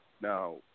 Now